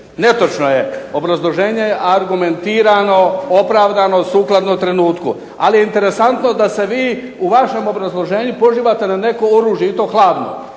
Netočno je, obrazloženje je argumentirano, opravdano, sukladno trenutku. Ali je interesantno da se vi u vašem obrazloženju pozivate na neko oružje i to hladno.